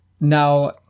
Now